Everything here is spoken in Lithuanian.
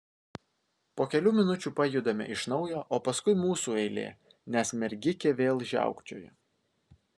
po kelių minučių pajudame iš naujo o paskui mūsų eilė nes mergikė vėl žiaukčioja